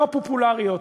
לא פופולריות,